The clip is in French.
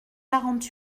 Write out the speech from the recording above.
quarante